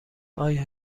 آیا